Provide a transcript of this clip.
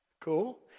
Cool